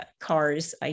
cars